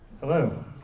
Hello